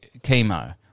chemo